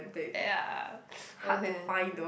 ya okay